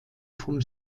vom